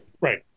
Right